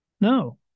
No